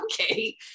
okay